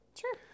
Sure